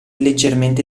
leggermente